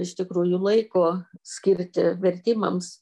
iš tikrųjų laiko skirti vertimams